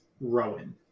Rowan